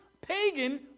pagan